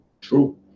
True